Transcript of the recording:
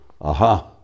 Aha